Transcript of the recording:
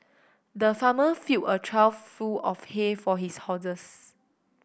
the farmer filled a trough full of hay for his horses